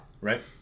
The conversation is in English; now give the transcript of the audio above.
right